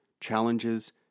challenges